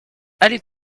allez